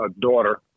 daughter